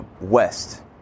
west